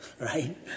Right